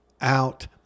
out